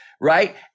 right